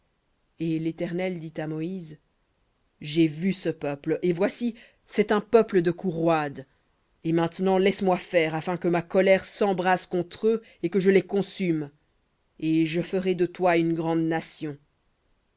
et l'éternel dit à moïse j'ai vu ce peuple et voici c'est un peuple de cou roide et maintenant laisse-moi faire afin que ma colère s'embrase contre eux et que je les consume et je ferai de toi une grande nation